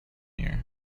year